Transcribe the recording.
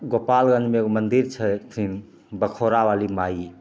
गोपालगञ्जमे एगो मंदिर छथिन बखोरा बाली माइ